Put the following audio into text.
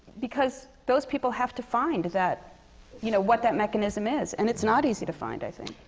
because those people have to find that you know, what that mechanism is. and it's not easy to find, i think.